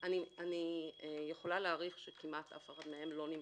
אני יכולה להעריך שכמעט אף אחת מהן לא בשלהבת,